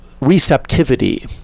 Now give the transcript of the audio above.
receptivity